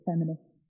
feminist